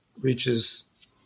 reaches